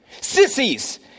Sissies